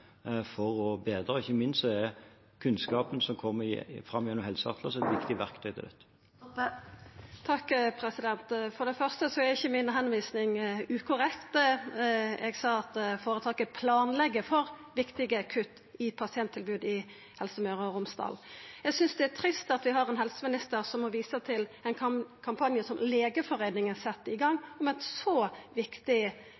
for å bedre, og ikke minst er kunnskapen som kommer fram gjennom helseatlasene, et verktøy i dette. For det første er ikkje tilvisinga mi ukorrekt. Eg sa at føretaket planlegg for viktige kutt i pasienttilbod i Helse Møre og Romsdal. Eg synest det er trist at vi har ein helseminister som må visa til ein kampanje som Legeforeningen sette i